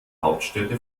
hauptstädte